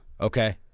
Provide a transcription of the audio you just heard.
Okay